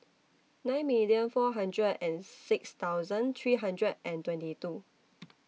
nine million four hundred and six thousand three hundred and twenty two